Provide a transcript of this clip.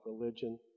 religion